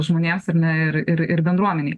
žmonėms ar ne ir ir ir bendruomenei